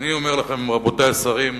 ואני אומר לכם, רבותי השרים,